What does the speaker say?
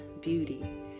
Beauty